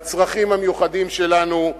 כדי לרתום את דעת הקהל בעולם לצרכים המיוחדים שלנו,